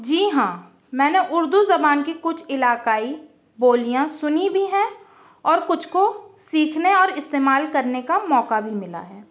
جی ہاں میں نے اردو زبان کی کچھ علاقائی بولیاں سنی بھی ہیں اور کچھ کو سیکھنے اور استعمال کرنے کا موقع بھی ملا ہے